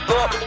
up